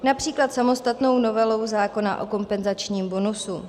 Například samostatnou novelou zákona o kompenzačním bonusu.